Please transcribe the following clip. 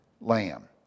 lamb